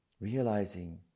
Realizing